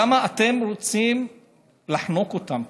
למה אתם רוצים לחנוק אותם ככה?